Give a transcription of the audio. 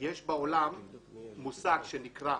יש בעולם מושג שנקרא